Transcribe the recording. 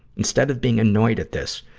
instead of being annoyed at this,